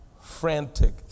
frantic